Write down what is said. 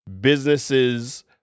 businesses